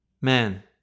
Man